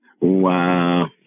Wow